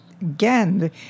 again